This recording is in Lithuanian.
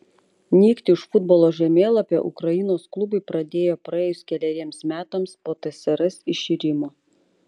nykti iš futbolo žemėlapio ukrainos klubai pradėjo praėjus keleriems metams po tsrs iširimo